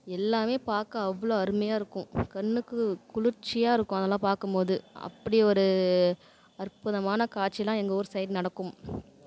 எல்லாம் பார்க்க அவ்வளோ அருமையாக இருக்கும் கண்ணுக்கு குளிர்ச்சியாக இருக்கும் அதலாம் பார்க்கும் போது அப்படி ஒரு அற்புதமான காட்சியெல்லாம் எங்கள் ஊர் சைடு நடக்கும்